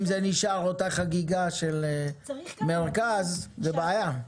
אם זו נשארת חגיגה בעיקר של המרכז זאת בעיה.